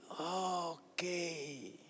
Okay